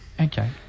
Okay